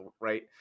right